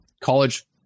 college